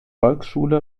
volksschule